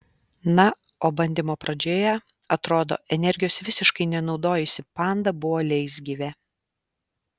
na o bandymo pradžioje atrodo energijos visiškai nenaudojusi panda buvo leisgyvė